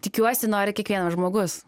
tikiuosi nori kiekvienas žmogus